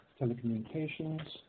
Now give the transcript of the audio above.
telecommunications